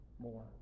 more